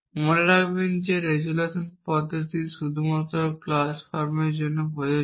মনে রাখবেন যে রেজোলিউশন পদ্ধতিটি শুধুমাত্র ক্লজ ফর্মের জন্য প্রযোজ্য